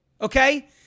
Okay